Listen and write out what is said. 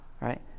right